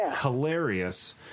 hilarious